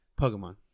Pokemon